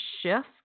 shift